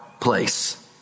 place